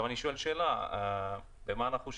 אני שואל במה אנחנו שונים.